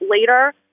later